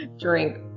Drink